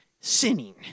sinning